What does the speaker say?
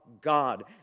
God